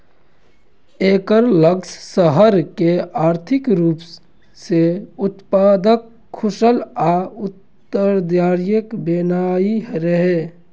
एकर लक्ष्य शहर कें आर्थिक रूप सं उत्पादक, कुशल आ उत्तरदायी बनेनाइ रहै